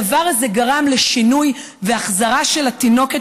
הדבר הזה גרם לשינוי ולהחזרה של התינוקת